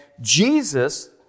Jesus